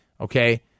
okay